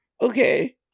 Okay